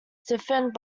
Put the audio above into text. stiffened